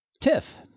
Tiff